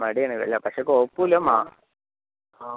മടി ആണ് അല്ലേ പക്ഷേ കുഴപ്പമില്ല ആ